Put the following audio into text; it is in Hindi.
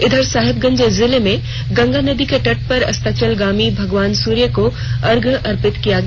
उधर साहिबगंज जिले में गंगा नदी के तट पर अस्ताचलगामी भगवान सुर्य को अर्घ्य अर्पित किया गया